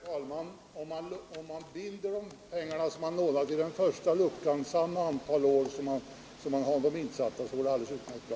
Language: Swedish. Herr talman! Om man binder de pengar som man lånar vid den första luckan under samma antal år som man har dem insatta, går det utmärkt bra.